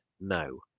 no